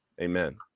Amen